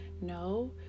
No